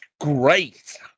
great